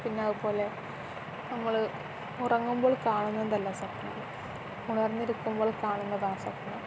പിന്നതു പോലെ നമ്മൾ ഉറങ്ങുമ്പോൾ കാണുന്നതല്ല സ്വപ്നം ഉണർന്നിരിക്കുമ്പോൾ കാണുന്നതാണ് സ്വപ്നം